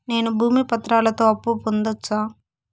నేను భూమి పత్రాలతో అప్పు పొందొచ్చా?